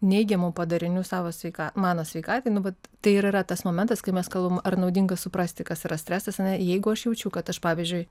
neigiamų padarinių savo sveika mano sveikatai nu vat tai ir yra tas momentas kai mes kalbam ar naudinga suprasti kas yra stresas ar ne jeigu aš jaučiu kad aš pavyzdžiui